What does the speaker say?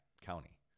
county